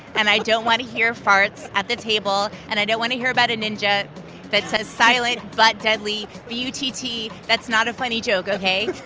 and i don't want to hear farts at the table, and i don't want to hear about a ninja that says silent butt deadly b u t t. that's not a funny joke, ok?